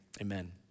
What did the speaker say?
amen